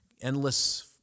endless